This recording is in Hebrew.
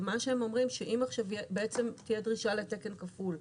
הם אומרים שאם תהיה דרישה לתקן כפול,